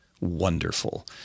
wonderful